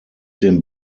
den